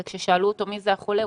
כאשר שאלו אותו מי זה החולה,